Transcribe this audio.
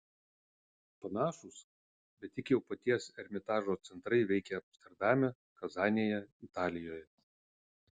panašūs bet tik jau paties ermitažo centrai veikia amsterdame kazanėje italijoje